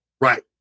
Right